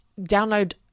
download